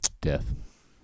Death